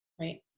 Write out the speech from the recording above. Right